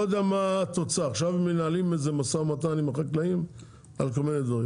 עכשיו מנהלים משא ומתן עם החקלאים על כל מיני דברים,